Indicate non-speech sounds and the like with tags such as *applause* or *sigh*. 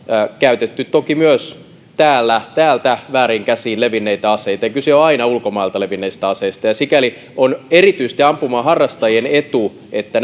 käytetty toki myös täältä vääriin käsiin levinneitä aseita ei kyse ole aina ulkomailta levinneistä aseista sikäli on erityisesti ampumaharrastajien etu että *unintelligible*